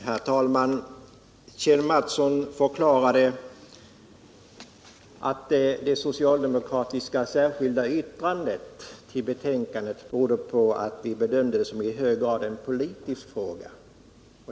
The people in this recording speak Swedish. Herr talman! Kjell Mattsson förklarade att det socialdemokratiska särskilda yttrandet i betänkandet berodde på att vi skulle ha bedömt ärendet som en i mycket hög grad politisk fråga.